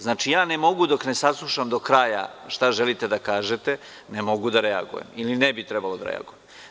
Znači, dok ne saslušam do kraja šta želite da kažete, ja ne mogu da reagujem, ili ne bi trebalo da reagujem.